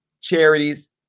charities